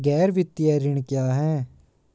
गैर वित्तीय ऋण क्या है?